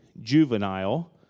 juvenile